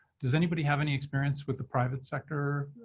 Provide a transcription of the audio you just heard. does anybody have any experience with the private sector?